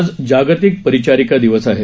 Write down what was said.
आज जागतिक परिचारिका दिवस आहे